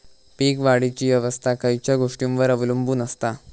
पीक वाढीची अवस्था खयच्या गोष्टींवर अवलंबून असता?